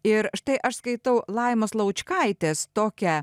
ir štai aš skaitau laimos laučkaitės tokią